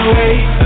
wait